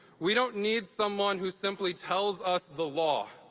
we don't need someone who simply tells us the law.